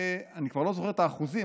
אני כבר לא זוכר את האחוזים,